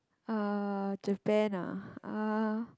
uh Japan ah uh